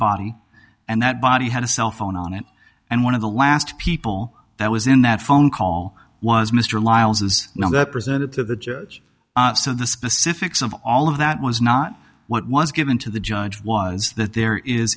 body and that body had a cell phone on it and one of the last people that was in that phone call was mr lyles was presented to the judge so the specifics of all of that was not what was given to the judge was that there is